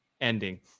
ending